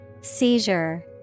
Seizure